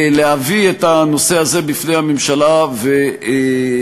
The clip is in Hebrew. להביא את הנושא הזה בפני הממשלה ולנסות